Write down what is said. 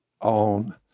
on